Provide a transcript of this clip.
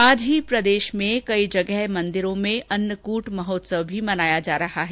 आज ही प्रदेश में कई जगहो पर मंदिरों में अन्नकूट महोत्सव भी मनाया जा रहा है